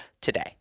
today